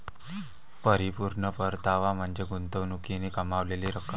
परिपूर्ण परतावा म्हणजे गुंतवणुकीने कमावलेली रक्कम